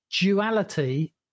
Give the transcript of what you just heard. duality